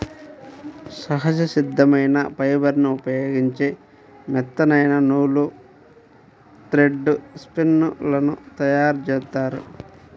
సహజ సిద్ధమైన ఫైబర్ని ఉపయోగించి మెత్తనైన నూలు, థ్రెడ్ స్పిన్ లను తయ్యారుజేత్తారు